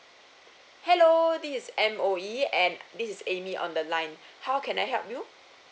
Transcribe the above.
hello this is M_O_E and this is Amy on the line how can I help you